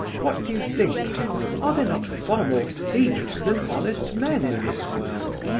what do you think are there not far more thieves than honest men in this world?